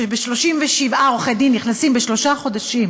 ש-37 עורכי-דין נכנסים בשלושה חודשים,